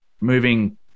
moving